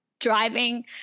Driving